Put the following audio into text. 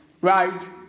Right